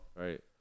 Right